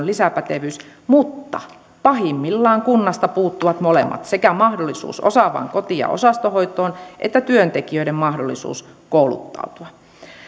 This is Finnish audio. lisäpätevyys mutta pahimmillaan kunnasta puuttuvat molemmat sekä mahdollisuus osaavaan koti ja osastohoitoon että työntekijöiden mahdollisuus kouluttautua